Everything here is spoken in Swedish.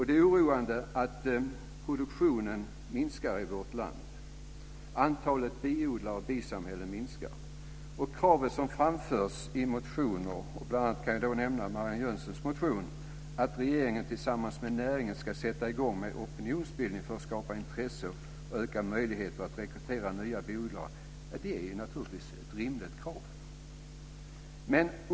Det är oroande att produktionen minskar i vårt land. Antalet biodlare och bisamhällen minskar. Kraven som framförs i motioner, bl.a. i Marianne Jönssons motion, att regeringen tillsammans med näringen ska sätta i gång med opinionsbildning för att skapa intresse och ökade möjligheter att rekrytera nya biodlare är naturligtvis ett rimligt krav.